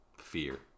fear